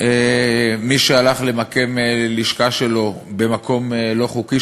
מי שהלך למקם לשכה שלו במקום לא חוקי,